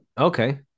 Okay